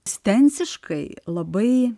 stensiškai labai